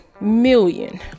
million